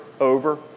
over